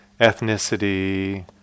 ethnicity